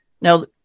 Now